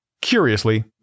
Curiously